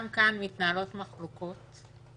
גם כאן מתנהלות מחלוקות.